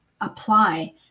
apply